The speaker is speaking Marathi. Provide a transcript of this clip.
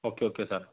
okay okay sir